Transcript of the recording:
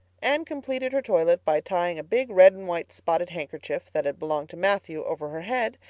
anne completed her toilet by tying a big red and white spotted handkerchief that had belonged to matthew over her head,